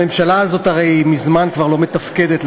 הממשלה הזאת הרי מזמן כבר לא מתפקדת,